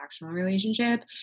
relationship